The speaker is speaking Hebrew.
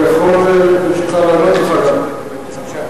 אני יכול, ברשותך, לענות לך.